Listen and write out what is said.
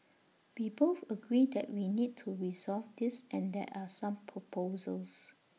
we both agree that we need to resolve this and there are some proposals